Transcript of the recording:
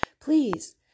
please